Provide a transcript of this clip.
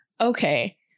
okay